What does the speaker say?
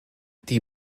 die